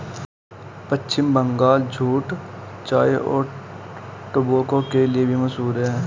पश्चिम Bangal jute चाय और tobacco के लिए भी मशहूर है